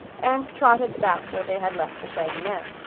and trotted back where they had left the shaggy man.